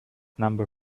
number